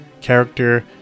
character